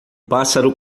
pássaro